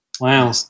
Wow